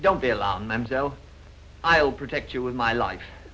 don't be alone and i'll protect you with my life